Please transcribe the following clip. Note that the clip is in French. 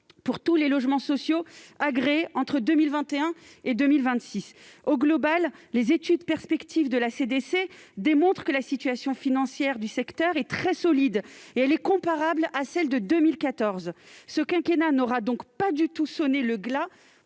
pour tous les logements sociaux agréés entre 2021 et 2026. Au total, les études perspectives de la Caisse des dépôts et consignations (CDC) démontrent que la situation financière du secteur est très solide : elle est comparable à celle de 2014. Ce quinquennat n'aura donc pas du tout sonné le glas